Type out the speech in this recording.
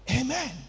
Amen